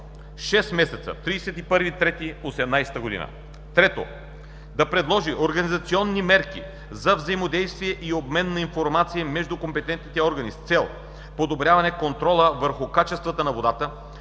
месеца до 31 март 2018 г.; 3. предложи организационни мерки за взаимодействие и обмен на информация между компетентните органи, с цел подобряване на контрола върху качествата на водата,